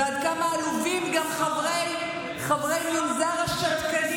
ועד כמה עלובים גם חברי מנזר השתקנים